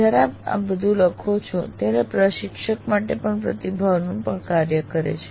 જ્યારે આપ આ બધું લખો છો ત્યારે તે પ્રશિક્ષક માટે પણ પ્રતિભાવનું પણ કાર્ય કરે છે